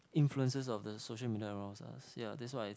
influences of the social media around us yeah that's why I